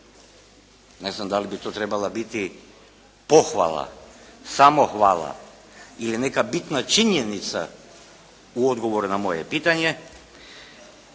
Ne znam da li bi to trebala biti pohvala, samohvala ili neka bitna činjenica u odgovoru na moje pitanje.